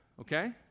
okay